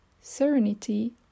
serenity